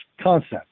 concept